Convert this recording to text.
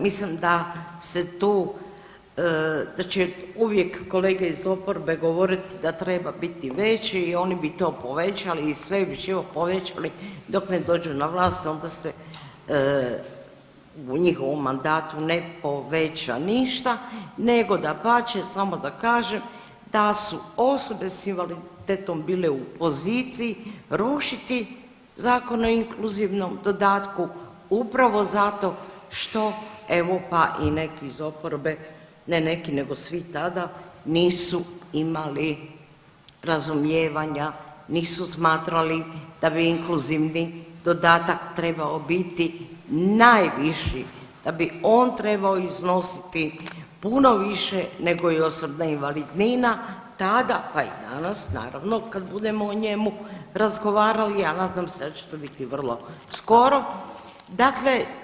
Mislim da se tu, da će uvijek kolege iz oporbe govoriti da treba biti veći i oni bi to povećali i sve bi živo povećali dok ne dođu na vlast, onda se u njihovom mandatu ne poveća ništa nego dapače, samo da kažem da su osobe s invaliditetom bile u poziciji rušiti zakon o inkluzivnom dodatku upravo zato što, evo, pa i neki iz oporbe, ne neki nego svi tada nisu imali razumijevanja, nisu smatrali da bi inkluzivni dodatak trebao biti najviši, da bi on trebao iznositi puno više nego i osobna invalidnina, tada, pa i danas, naravno, kad budemo o njemu razgovarali, a nadam se da će to biti vrlo skoro, dakle.